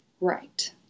Right